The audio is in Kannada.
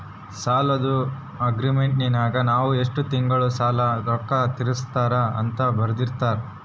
ಸಾಲದ್ದು ಅಗ್ರೀಮೆಂಟಿನಗ ನಾವು ಎಷ್ಟು ತಿಂಗಳಗ ಸಾಲದ ರೊಕ್ಕ ತೀರಿಸುತ್ತಾರ ಅಂತ ಬರೆರ್ದಿರುತ್ತಾರ